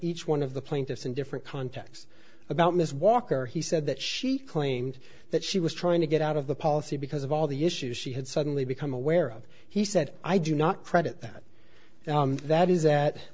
each one of the plaintiffs in different contacts about miss walker he said that she claimed that she was trying to get out of the policy because of all the issues she had suddenly become aware of he said i do not credit that that is that